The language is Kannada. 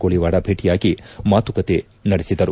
ಕೋಳಿವಾಡ ಭೇಟಿಯಾಗಿ ಮಾಶುಕತೆ ನಡೆಸಿದರು